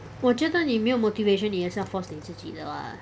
我觉得你没有 motivation 你也是要 force 你自己的 [what]